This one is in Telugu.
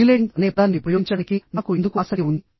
రెగ్యులేటింగ్ అనే పదాన్ని ఉపయోగించడానికి నాకు ఎందుకు ఆసక్తి ఉంది